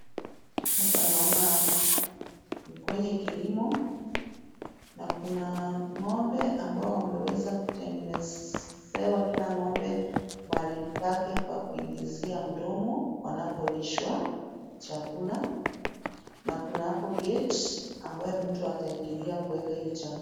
Hapa naona ni kwenye kilimo na kuna ngombe ambao wameweza kutengenezewa kila ngombe mahali pake pa kuingizia mdomo wanapolishwa chakula. Na kuna hapo gate ambayo mtu ataingilia kuweka hiyo chakula...